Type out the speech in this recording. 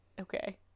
okay